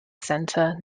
center